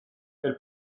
per